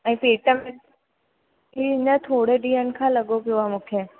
ऐं पेट में इअं थोरो ॾींहनि खां लॻो पयो आहे मूंखे